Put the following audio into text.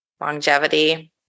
longevity